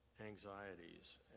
anxieties